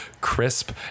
crisp